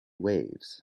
waves